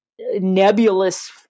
nebulous